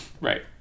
Right